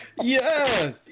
yes